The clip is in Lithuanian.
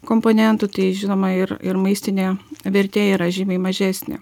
komponentų tai žinoma ir ir maistinė vertė yra žymiai mažesnė